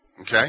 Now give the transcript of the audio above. Okay